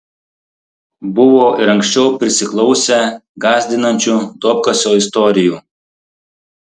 buvo ir anksčiau prisiklausę gąsdinančių duobkasio istorijų